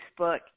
Facebook